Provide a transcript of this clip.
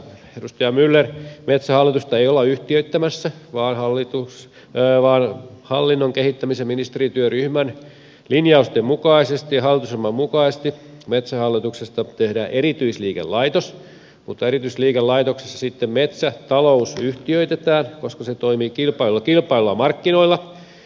edustaja myller metsähallitusta ei olla yhtiöittämässä vaan hallinnon kehittämisen ministerityöryhmän linjausten mukaisesti ja hallitusohjelman mukaisesti metsähallituksesta tehdään erityisliikelaitos mutta erityisliikelaitoksessa sitten metsätalous yhtiöitetään koska se toimii kilpailluilla markkinoilla